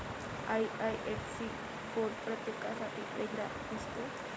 IIFC code प्रत्येकासाठी वेगळा असतो